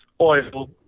oil